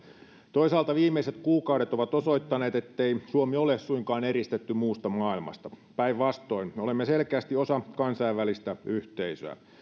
toisaalta viimeiset kuukaudet ovat osoittaneet ettei suomi ole suinkaan eristettynä muusta maailmasta päinvastoin me olemme selkeästi osa kansainvälistä yhteisöä